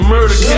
Murder